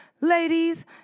Ladies